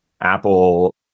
Apple